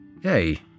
Hey